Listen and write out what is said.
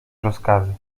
rozkazy